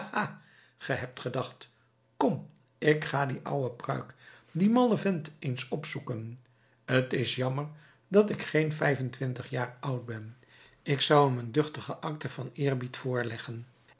ge hebt gedacht kom ik ga dien ouden pruik dien mallen vent eens opzoeken t is jammer dat ik geen vijf-en-twintig jaar oud ben ik zou hem een duchtige acte van eerbied voorleggen